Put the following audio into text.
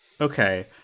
Okay